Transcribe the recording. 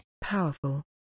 Powerful